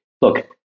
look